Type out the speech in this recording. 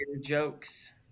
jokes